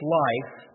life